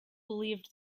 believed